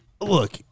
look